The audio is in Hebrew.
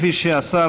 כפי שהשר,